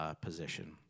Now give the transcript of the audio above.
position